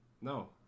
No